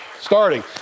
starting